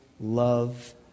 love